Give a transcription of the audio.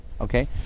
okay